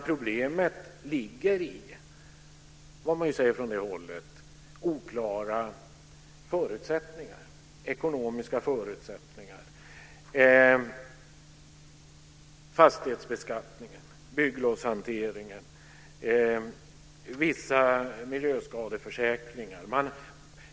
Problemet ligger i, vilket man också säger från det hållet, oklara förutsättningar, inte minst ekonomiska - fastighetsbeskattningen, bygglovshanteringen, vissa miljöskadeförsäkringar osv.